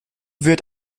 wird